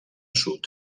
sud